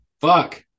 Fuck